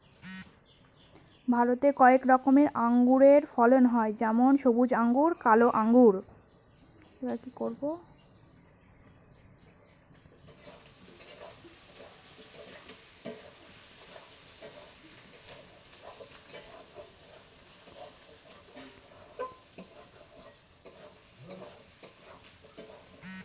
ভারতে কয়েক রকমের আঙুরের ফলন হয় যেমন সবুজ আঙ্গুর, কালো আঙ্গুর